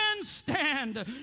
stand